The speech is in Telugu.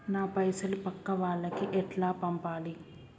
నా పైసలు పక్కా వాళ్లకి ఎట్లా పంపాలి?